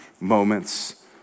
moments